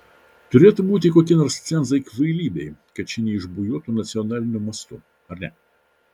turėtų būti kokie nors cenzai kvailybei kad ši neišbujotų nacionaliniu mastu ar ne